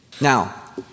Now